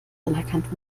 anerkannt